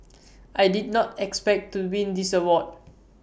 I did not expect to win this award